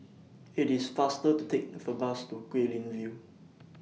IT IS faster to Take For Bus to Guilin View